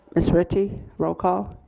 ms. ritchie. roll call.